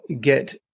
get